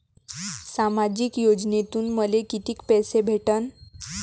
सामाजिक योजनेतून मले कितीक पैसे भेटन?